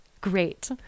Great